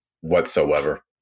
whatsoever